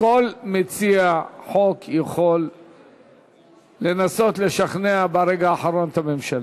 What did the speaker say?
כל מציע חוק יכול לנסות לשכנע ברגע האחרון את הממשלה.